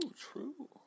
true